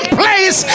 place